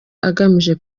agamije